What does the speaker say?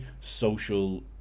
social